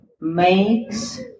makes